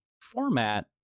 format